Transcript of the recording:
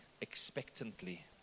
expectantly